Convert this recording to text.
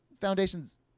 foundations